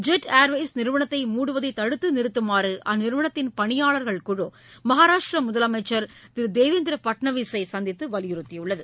jet Airways நிறுவனத்தை மூடுவதை தடுத்து நிறுத்துமாறு அந்நிறுவனத்தின் பணியாளர்கள் குழு மஹாராஷ்ட்ர முதலமைச்சர் திரு தேவேந்திர பட்னவிஸ் ஐ சந்தித்து வலியுறுத்தியுள்ளது